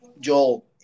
Joel